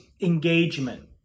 engagement